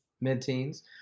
Mid-teens